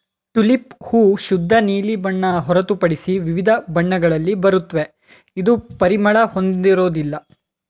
tulip ಹೂ ಶುದ್ಧ ನೀಲಿ ಬಣ್ಣ ಹೊರತುಪಡಿಸಿ ವಿವಿಧ ಬಣ್ಣಗಳಲ್ಲಿ ಬರುತ್ವೆ ಇದು ಪರಿಮಳ ಹೊಂದಿರೋದಿಲ್ಲ